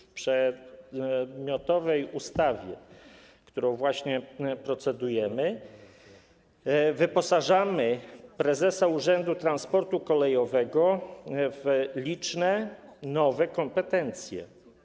W przedmiotowej ustawie, nad którą właśnie procedujemy, wyposażamy prezesa Urzędu Transportu Kolejowego w liczne nowe kompetencje.